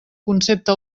concepte